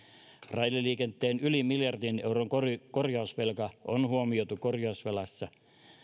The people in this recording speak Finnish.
raideliikenteen yli miljardin euron korjausvelka on huomioitu korjausvelassa